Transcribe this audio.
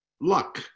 luck